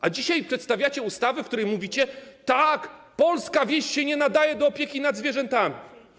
A dzisiaj przedstawiacie ustawę, w której mówicie: tak, polska wieś się nie nadaje do opieki nad zwierzętami.